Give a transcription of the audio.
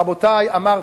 רבותי, אמרתי,